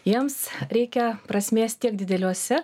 jiems reikia prasmės tiek dideliuose